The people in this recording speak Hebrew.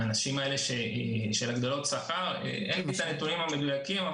לגבי הגדלות שכר אין לי את הנתונים המדויקים.